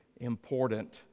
important